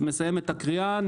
אני רק מבהיר,